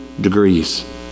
degrees